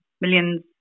Millions